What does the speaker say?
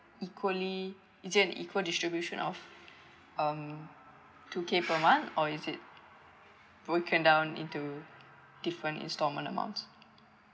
equally is it an equal distribution of um two K per month or is it will it came down into different installment amount